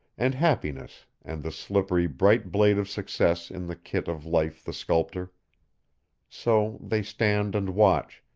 and happiness and the slippery bright blade of success in the kit of life the sculptor so they stand and watch,